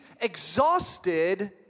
exhausted